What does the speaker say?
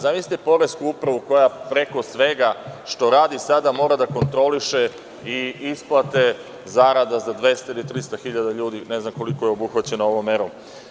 Zamislite poresku upravu koja preko svega što radi sada mora da kontroliše i isplate zarada za 200.000 ili 300.000 ljudi, ne znam koliko je obuhvaćeno ovom merom.